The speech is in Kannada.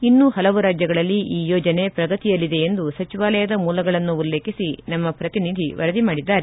ಇನ್ನೂ ಹಲವು ರಾಜ್ಗಳಲ್ಲಿ ಈ ಯೋಜನೆ ಪ್ರಗತಿಯಲ್ಲಿದೆ ಎಂದು ಸಚಿವಾಲಯದ ಮೂಲಗಳನ್ನು ಉಲ್ಲೇಖಿಸಿ ನಮ್ಮ ಪ್ರತಿನಿಧಿ ವರದಿ ಮಾಡಿದ್ದಾರೆ